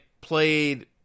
played